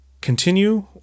continue